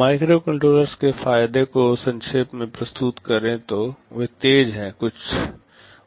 microcontrollers के फायदे को संक्षेप में प्रस्तुत करें तो वे तेज हैं